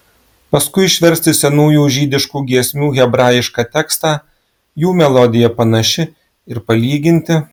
paskui išversti senųjų žydiškų giesmių hebrajišką tekstą jų melodija panaši ir palyginti